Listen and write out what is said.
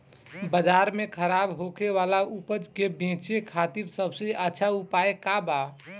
बाजार में खराब होखे वाला उपज के बेचे खातिर सबसे अच्छा उपाय का बा?